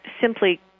simply